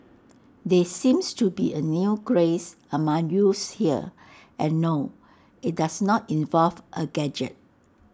there seems to be A new craze among youths here and no IT does not involve A gadget